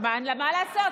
מה לעשות?